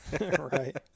Right